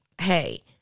hey